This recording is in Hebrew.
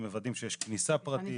מוודאים שיש כניסה פרטית,